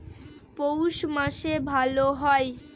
পৌষ মাসে ভালো হয়?